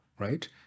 right